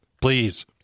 Please